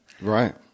Right